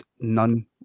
none